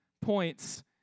points